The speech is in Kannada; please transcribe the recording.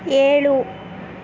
ಏಳು